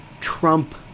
Trump